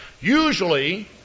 usually